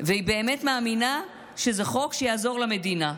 ואם היא באמת מאמינה שזה חוק שיעזור למדינה.